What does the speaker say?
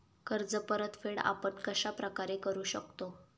कर्ज परतफेड आपण कश्या प्रकारे करु शकतो?